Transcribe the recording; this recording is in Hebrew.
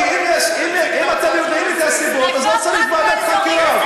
כי אם אתם יודעים את הסיבות אז לא צריך ועדת חקירה.